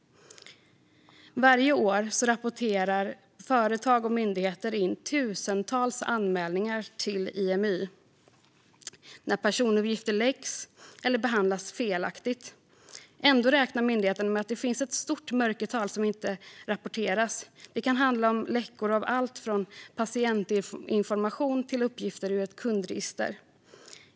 Varje år rapporterar företag och myndigheter in tusentals anmälningar till Imy när personuppgifter har läckt eller behandlats felaktigt. Ändå räknar myndigheten med att det finns ett stort mörkertal som inte rapporteras. Det kan handla om läckor av allt från patientinformation till uppgifter ur ett kundregister.